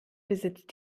besitzt